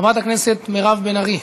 חברת הכנסת מירב בן ארי.